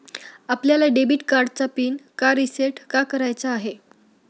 आपल्याला डेबिट कार्डचा पिन का रिसेट का करायचा आहे?